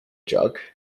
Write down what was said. jug